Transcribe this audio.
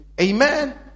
Amen